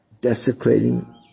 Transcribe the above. desecrating